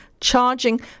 charging